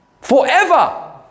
forever